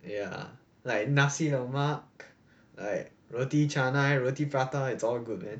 ya like nasi lemak like roti canai roti prata it's all good